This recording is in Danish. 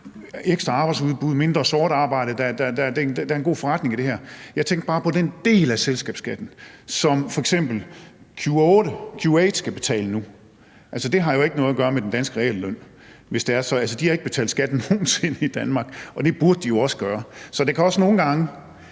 ekstra arbejdsudbud, mindre sort arbejde, der er en god forretning i det her. Jeg tænkte jo bare på, at den del af selskabsskatten, som f.eks. Q8 nu skal betale, ikke har noget at gøre med den danske realløn. Altså, de har ikke nogen sinde betalt skat i Danmark, og det burde de jo også gøre. Så det kan nogle gange